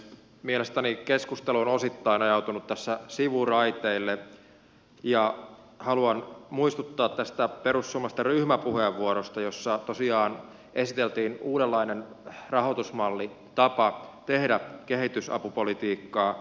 mielestäni keskustelu on osittain ajautunut tässä sivuraiteille ja haluan muistuttaa tästä perussuomalaisten ryhmäpuheenvuorosta jossa tosiaan esiteltiin uudenlainen rahoitusmalli tapa tehdä kehitysapupolitiikkaa